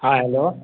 हाँ हेलो